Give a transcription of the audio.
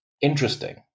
interesting